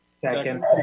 Second